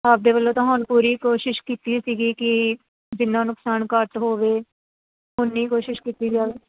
ਸਾਡੇ ਵੱਲੋਂ ਤਾਂ ਹੁਣ ਪੂਰੀ ਕੋਸ਼ਿਸ਼ ਕੀਤੀ ਸੀਗੀ ਕਿ ਜਿੰਨਾ ਨੁਕਸਾਨ ਘੱਟ ਹੋਵੇ ਓਨੀ ਕੋਸ਼ਿਸ਼ ਕੀਤੀ ਜਾਵੇ